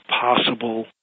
possible